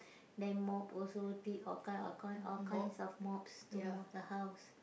then mop also all kinds all kinds all kinds of mops to mop the house